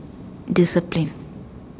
discipline